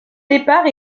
départ